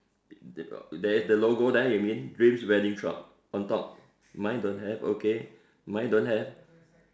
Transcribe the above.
uh there is the logo there you mean dreams wedding shop on top mine don't have okay mine don't have